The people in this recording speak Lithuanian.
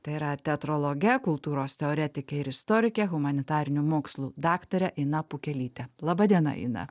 tai yra teatrologe kultūros teoretike ir istorike humanitarinių mokslų daktare ina pukelyte laba diena ina